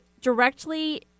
directly